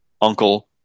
uncle